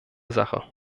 sache